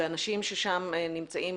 ואנשים שנמצאים שם,